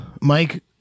Mike